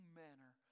manner